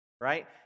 Right